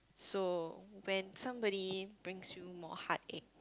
so when somebody brings you more heart ache